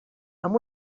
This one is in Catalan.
amb